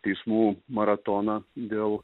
teismų maratoną dėl